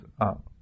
up